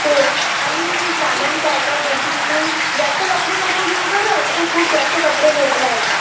हो आणि सामान काय काय घेशील तू जास्त कपडे नको घेऊ बरं तू खूप जास्त कपडे घेत राह्यतं